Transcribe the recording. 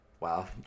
Wow